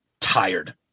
tired